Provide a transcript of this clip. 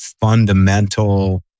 fundamental